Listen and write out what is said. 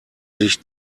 sich